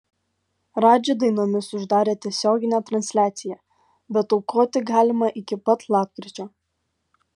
radži dainomis uždarė tiesioginę transliaciją bet aukoti galima iki pat lapkričio